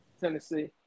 Tennessee